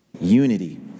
Unity